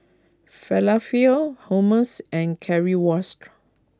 Falafel Hummus and Currywurst